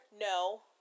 No